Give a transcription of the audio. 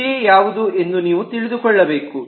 ವಿಷಯ ಯಾವುದು ಎಂದು ನೀವು ತಿಳಿದುಕೊಳ್ಳಬೇಕು